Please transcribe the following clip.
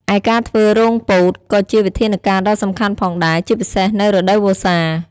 ឯការធ្វើរងពោតក៏ជាវិធានការដ៏សំខាន់ផងដែរ ជាពិសេសនៅ រដូវវស្សា។